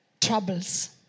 troubles